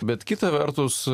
bet kita vertus